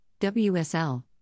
WSL